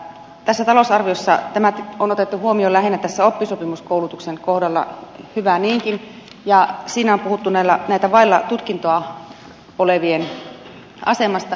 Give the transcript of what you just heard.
tässä talousarviossa tämä on otettu huomioon lähinnä tässä oppisopimuskoulutuksen kohdalla hyvä niinkin ja siinä on puhuttu näiden vailla tutkintoa olevien asemasta